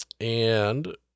and-